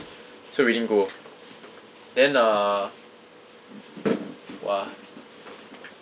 so we didn't go then uh what ah